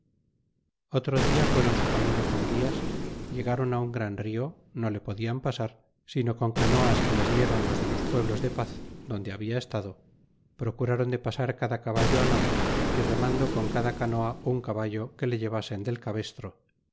otro dia nérorl su camino con gas llegaron á un gran rio no le podian pasar sino con canoas que les diéron los de los pueblos de paz donde haestado procuraron de pasar cada caballo bla estado á nado y remando con cada canoa un caballo que le llevasen del cabestro